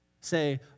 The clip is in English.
Say